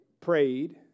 prayed